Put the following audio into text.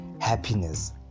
happiness